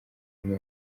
bamwe